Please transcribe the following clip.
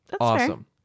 Awesome